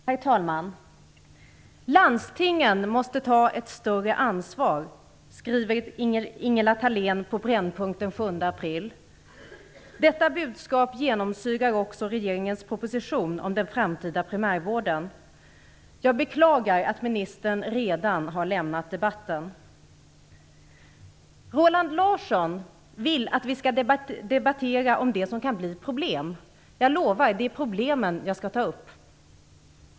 Herr talman! Landstingen måste ta ett större ansvar, skriver Ingela Thalén på Brännpunkt den 7 april. Detta budskap genomsyrar också regeringens proposition om den framtida primärvården. Jag beklagar att ministern redan har lämnat debatten. Roland Larsson vill att vi skall debattera det som kan bli problem. Jag lovar att det är problemen jag skall ta upp.